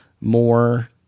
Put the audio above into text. more